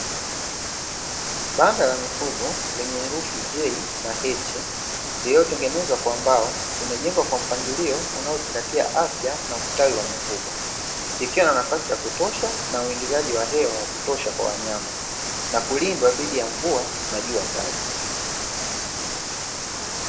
Banda la mifugo lenye herufi (J na H) liliotengenezwa kwa mbao, limejengwa kwa mpangilio unaozingatia afya na ustawi wa mifugo. Likiwa na nafasi ya kutosha na uingizaji wa hewa wa kutosha kwa wanyama, na kulindwa dhidi ya mvua na jua kali.